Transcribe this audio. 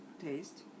taste